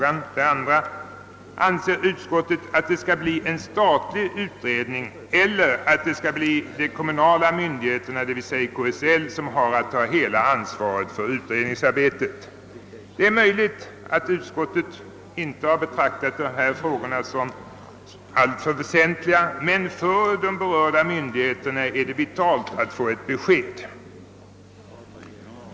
Anser utskottet att det skall bli en statlig utredning eller skall de kommunala myndigheterna, d. v. s. KSL, ta hela ansvaret för utredningsarbetet? Det är möjligt att utskottet inte har betraktat dessa frågor som väsentliga, men för de berörda myndigheterna är det vitalt att få ett besked.